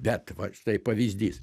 bet va štai pavyzdys